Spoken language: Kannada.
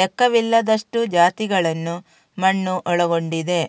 ಲೆಕ್ಕವಿಲ್ಲದಷ್ಟು ಜಾತಿಗಳನ್ನು ಮಣ್ಣು ಒಳಗೊಂಡಿದೆ